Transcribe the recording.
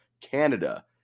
Canada